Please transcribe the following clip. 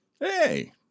Hey